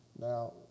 Now